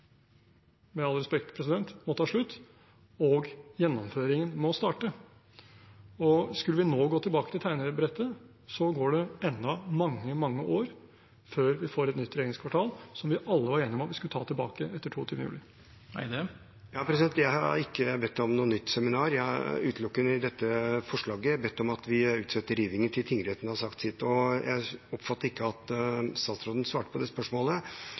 med all respekt – må ta slutt og gjennomføringen må starte. Skulle vi nå gå tilbake til tegnebrettet, går det ennå mange, mange år før vi får et nytt regjeringskvartal, som vi alle var enige om at vi skulle ta tilbake etter 22. juli. Jeg har ikke bedt om noe nytt seminar. Jeg har, i dette forslaget, utelukkende bedt om at vi utsetter rivingen til tingretten har sagt sitt, og jeg oppfattet ikke at statsråden svarte på det spørsmålet.